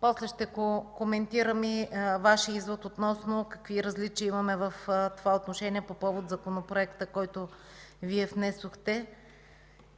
после ще коментирам и Вашия извод относно какви различия имаме в това отношение по повод Законопроекта, който Вие внесохте